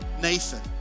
Nathan